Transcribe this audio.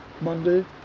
Monday